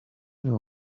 know